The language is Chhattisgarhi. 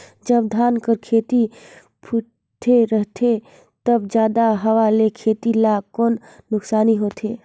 जब धान कर खेती फुटथे रहथे तब जादा हवा से खेती ला कौन नुकसान होथे?